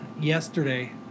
yesterday